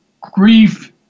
grief